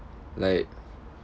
like